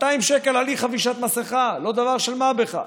200 שקלים על אי-חבישת מסכה זה לא דבר של מה בכך,